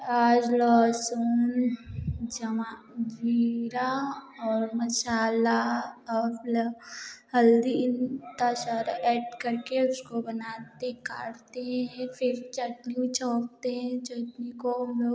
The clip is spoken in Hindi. आज लहसुन जवां जीरा और मसाला और हल्दी इतना सारा ऐड करके उसको बनाते काढ़ते हैं फिर चटनी छौंकते हैं चटनी को हम लोग